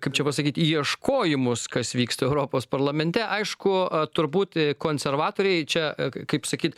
kaip čia pasakyti ieškojimus kas vyksta europos parlamente aišku turbūt konservatoriai čia kaip sakyt